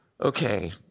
Okay